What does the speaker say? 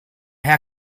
herr